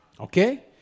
Okay